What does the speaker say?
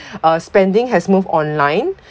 uh spending has moved online